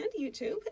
YouTube